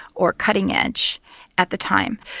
or cutting edge at the time.